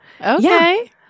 Okay